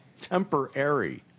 temporary